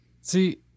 See